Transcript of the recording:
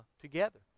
together